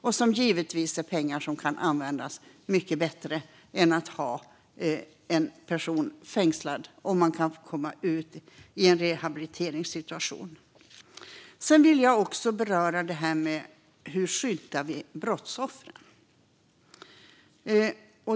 Det är givetvis pengar som kan användas mycket bättre än till att ha en person fängslad som skulle kunna komma ut till en rehabiliteringssituation. Jag vill också beröra detta med hur vi skyddar brottsoffren.